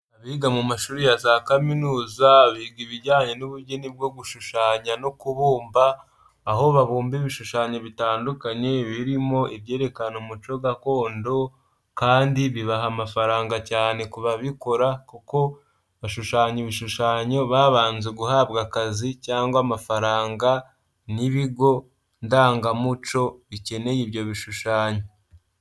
Abiga mu mashuri ya za kaminuza biga ibijyanye n'ubugeni bwo gushushanya no kubumba aho babumba ibishushanyo bitandukanye birimo ibyerekana umuco gakondo kandi bibaha amafaranga cyane ku babikora kuko bashushanya ibishushanyo babanje guhabwa akazi cyangwa amafaranga n'ibigo ndangamuco bikeneye ibyo bishushanyo.